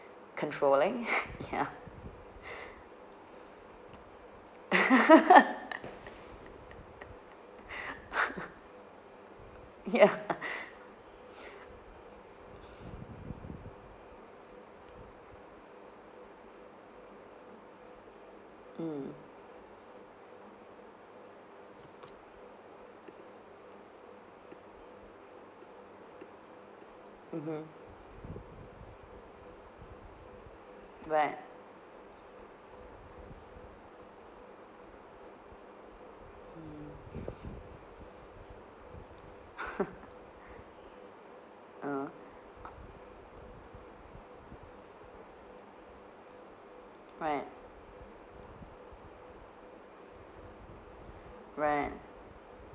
controlling ya ya mm mmhmm right mm uh right right